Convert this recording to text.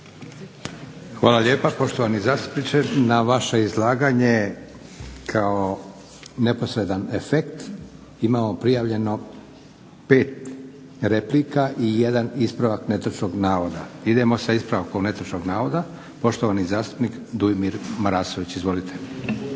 Hvala lijepo poštovani zastupniče. Na vaše izlaganje kao neposredan efekt imamo prijavljeno 5 replika i 1 ispravak netočnog navoda. Idemo sa ispravkom netočnog navoda. Poštovani zastupnik Dujomir Marasović. Izvolite.